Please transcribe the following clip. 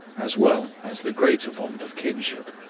as well as the greater bond of kinship.